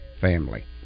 family